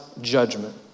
judgment